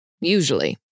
Usually